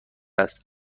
است